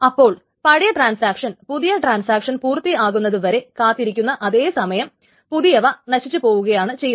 അപ്പോൾ പഴയ ട്രാൻസാക്ഷൻ പുതിയ ട്രാൻസാക്ഷൻ പൂർത്തിയാകുന്നതുവരെ കാത്തിരിക്കുന്ന അതേസമയം പുതിയവ നശിച്ചു പോവുകയാണ് ചെയ്യുന്നത്